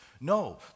No